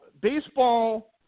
baseball